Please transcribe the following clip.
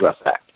effect